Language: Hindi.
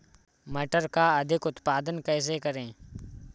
मटर का अधिक उत्पादन कैसे करें?